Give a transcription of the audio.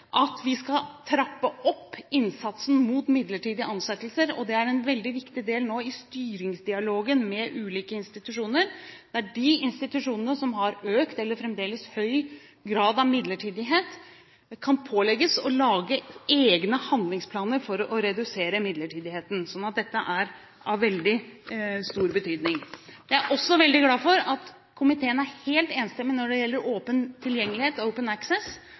at vi skal trappe opp innsatsen mot midlertidige ansettelser. Det er en veldig viktig del nå i styringsdialogen med ulike institusjoner, der de institusjonene som har økt eller fremdeles høy grad av midlertidighet, kan pålegges å lage egne handlingsplaner for å redusere midlertidigheten. Så dette er av veldig stor betydning. Jeg er også veldig glad for at komiteen er helt enstemmig når det gjelder åpen tilgjengelighet